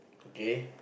gay